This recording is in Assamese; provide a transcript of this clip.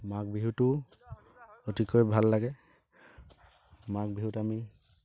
মাঘ বিহুটো অতিকৈ ভাল লাগে মাঘ বিহুত আমি